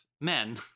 Men